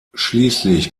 schließlich